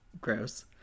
Gross